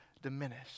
Diminish